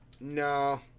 No